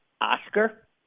Oscar